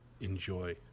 enjoy